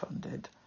funded